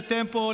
לטמפו,